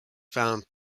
found